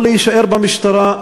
יכול להישאר במשטרה,